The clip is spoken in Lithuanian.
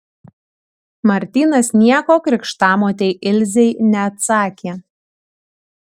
martynas nieko krikštamotei ilzei neatsakė